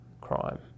crime